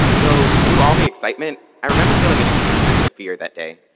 um though through all the excitement, i remember feeling an acute sense of fear that day.